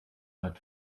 but